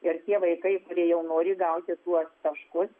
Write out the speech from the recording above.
ir tie vaikai kurie jau nori gauti tuos taškus